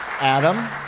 Adam